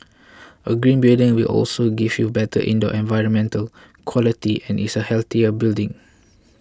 a green building will also give you better indoor environmental quality and is a healthier building